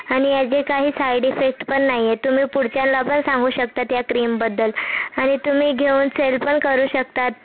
आणि याचे काही साईड इफेक्ट पण नाही आहेत तुम्ही पुढच्यांना पण सांगू शकता या क्रीमबद्दल आणि तुम्ही घेऊन सेल पण करू शकता